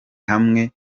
hamwe